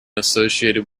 associated